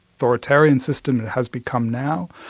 authoritarian system it has become now.